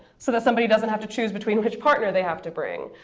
so that somebody doesn't have to choose between which partner they have to bring.